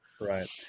Right